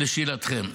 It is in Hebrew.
על שאלתכם.